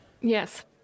Yes